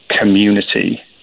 Community